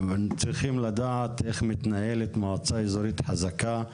צריכים לדעת כיצד מתנהלת מועצה אזורית חזקה,